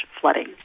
flooding